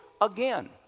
again